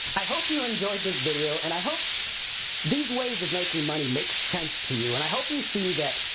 i hope you enjoyed this video and i hope these ways of making money make sense to you and i hope you see that,